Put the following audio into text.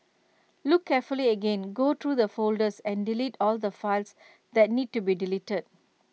look carefully again go through the folders and delete all the files that need to be deleted